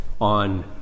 on